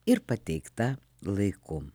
ir pateikta laiku